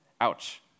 Ouch